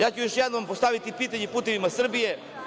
Ja ću još jednom postaviti pitanje i „Putevima Srbije“